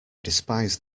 despise